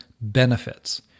benefits